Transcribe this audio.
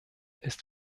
ist